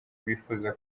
bifuza